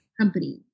company